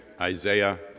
Isaiah